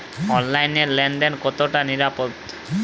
অনলাইনে লেন দেন কতটা নিরাপদ?